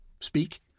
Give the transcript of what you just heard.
speak